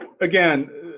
again